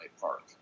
Park